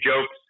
jokes